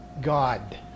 God